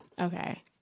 Okay